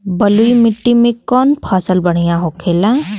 बलुई मिट्टी में कौन फसल बढ़ियां होखे ला?